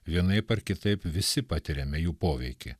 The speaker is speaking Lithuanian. vienaip ar kitaip visi patiriame jų poveikį